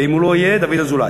ואם הוא לא יהיה, דוד אזולאי,